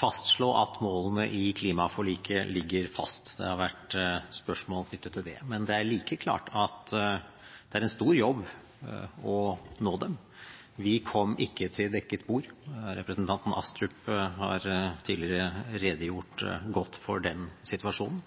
fastslå at målene i klimaforliket ligger fast, det har vært spørsmål knyttet til det. Men det er like klart at det er en stor jobb å nå dem. Vi kom ikke til dekket bord. Representanten Astrup har tidligere redegjort godt for den situasjonen.